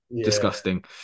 Disgusting